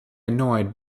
annoyed